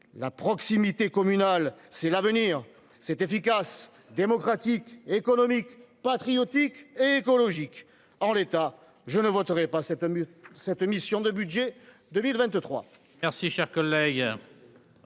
la proximité communal, c'est l'avenir, c'est efficace, démocratique, économique patriotique écologique en l'état, je ne voterai pas cette cette mission de budget 2023.